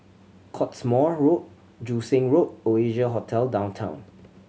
Cottesmore Road Joo Seng Road Oasia Hotel Downtown